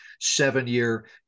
seven-year